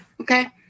okay